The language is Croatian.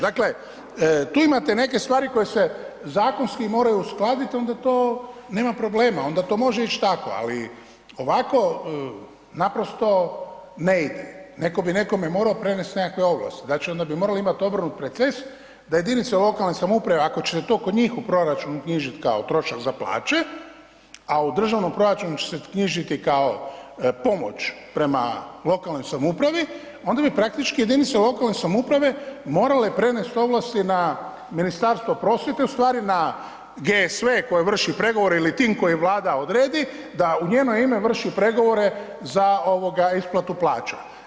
Dakle, tu imate neke stvari koje se zakonski moraju uskladiti onda to nema problema, onda to može ići tako ali ovako naprosto ne ide, netko bi nekome morao prenesti nekakve ovlasti, znači onda bi morali obrnuti proces da jedinice lokalne samouprave ako će to kod njih u proračunu uknjižit kao trošak za plaće a u državnom proračunu će se uknjižiti kao pomoć prema lokalnoj samoupravi onda bi praktički jedinice lokalne samouprave morale prenesti ovlasti na Ministarstvo prosvjete i ustvari na GSV koje vrše pregovore ili tim koji Vlada odredi da u njeno ime vrši pregovore za isplatu plaća.